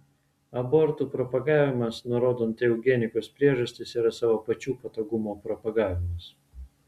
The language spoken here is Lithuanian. abortų propagavimas nurodant eugenikos priežastis yra savo pačių patogumo propagavimas